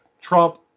Trump